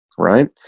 Right